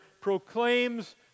proclaims